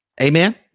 Amen